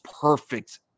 perfect